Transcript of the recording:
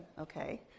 Okay